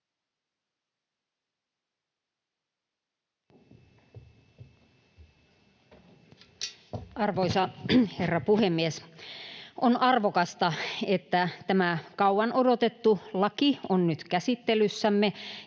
Arvoisa herra puhemies! On arvokasta, että tämä kauan odotettu laki on nyt käsittelyssämme,